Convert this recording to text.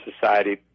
society